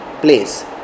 place